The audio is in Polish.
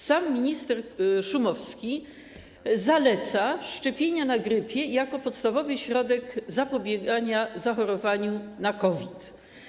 Sam minister Szumowski zaleca szczepienia na grypę jako podstawowy środek zapobiegania zachorowaniu na COVID.